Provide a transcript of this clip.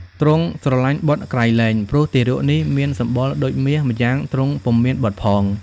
ទ្រង់ស្រឡាញ់បុត្រក្រៃលែង ព្រោះទារកនេះមានសម្បុរដូចមាស ម្យ៉ាងទ្រង់ពុំមានបុត្រផង។